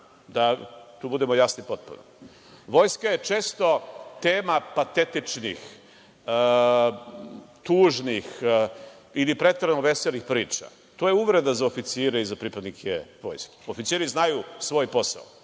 da tu budemo jasni potpuno. Vojska je često tema patetičnih, tužnih ili preterano veselih priča. To je uvreda za oficire i za pripadnike Vojske. Oficiri znaju svoj posao